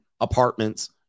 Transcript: apartments